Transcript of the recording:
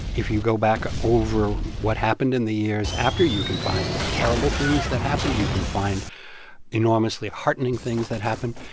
if you go back over what happened in the years after, you can find terrible things that happened. you can find enormously heartening things that happened.